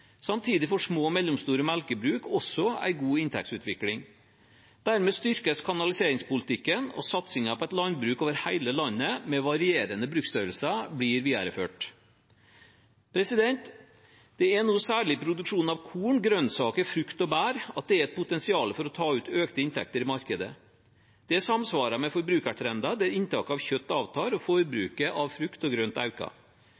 Samtidig får små og mellomstore melkebruk også en god inntektsutvikling. Dermed styrkes kanaliseringspolitikken, og satsingen på et landbruk over hele landet med varierende bruksstørrelser blir videreført. Det er nå særlig i produksjonen av korn, grønnsaker, frukt og bær at det er et potensial for å ta ut økte inntekter i markedet. Det samsvarer med forbrukertrender, der inntaket av kjøtt avtar, og